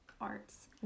arts